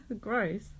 Gross